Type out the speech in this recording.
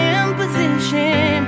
imposition